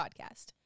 podcast